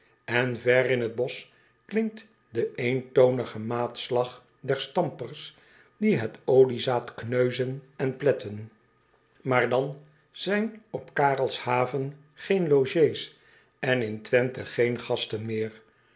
en ver in het bosch klinkt de eentoonige maatslag der stampers die het oliezaad kneuzen en pletten aar dan zijn op arelshaven geen logés en in wenthe geen gasten meer